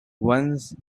once